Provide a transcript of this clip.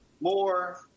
more